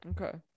Okay